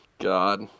god